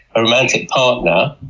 a romantic partner,